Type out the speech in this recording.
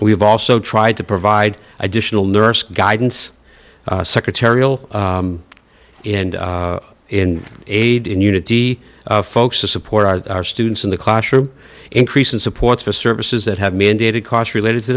we've also tried to provide additional nurse guidance secretarial and in aid in unity folks to support our our students in the classroom increase and supports the services that have mandated costs related to